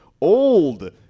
old